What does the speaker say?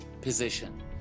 position